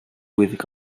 with